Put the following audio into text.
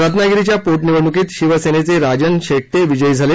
रत्नागिरीच्या पोटनिवडणुकीत शिवसेनेचे राजन शेट्ये विजयी झाले